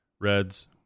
Reds